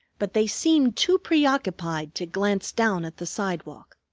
but they seemed too preoccupied to glance down at the sidewalk.